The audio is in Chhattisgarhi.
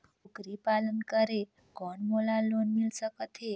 कूकरी पालन करे कौन मोला लोन मिल सकथे?